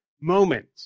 moment